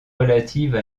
relatives